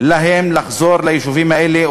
להם לחזור ליישובים האלה,